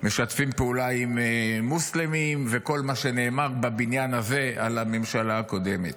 משתפים פעולה עם מוסלמים וכל מה שנאמר בבניין הזה על הממשלה הקודמת.